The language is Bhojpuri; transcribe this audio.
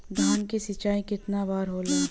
धान क सिंचाई कितना बार होला?